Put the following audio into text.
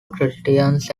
christians